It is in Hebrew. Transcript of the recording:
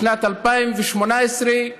בשנת 2018,